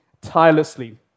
tirelessly